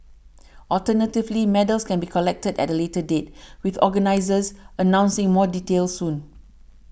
alternatively medals can be collected at a later date with organisers announcing more details soon